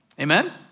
Amen